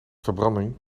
verbranding